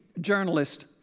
journalist